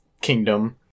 kingdom